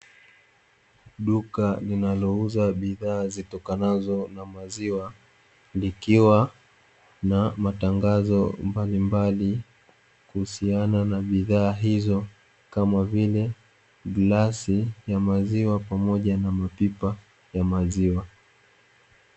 Duka linalouza bidhaa zitokanazo na maziwa likiwa na matangazo mbalimbali kuhusiana na bidhaa hizo, kama vile glasi ya maziwa pamoja na mapipa ya maziwa.